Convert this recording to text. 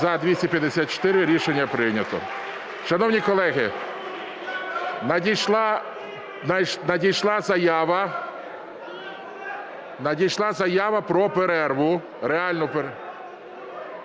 За-254 Рішення прийнято. Шановні колеги, надійшла заява про перерву,